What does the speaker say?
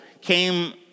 came